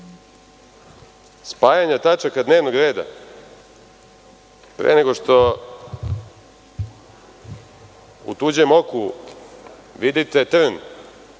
spajanja tačaka dnevnog reda, pre nego što u tuđem oku vidite trn,